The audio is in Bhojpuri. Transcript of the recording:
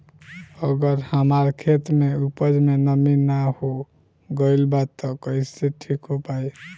अगर हमार खेत में उपज में नमी न हो गइल बा त कइसे ठीक हो पाई?